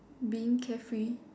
being carefree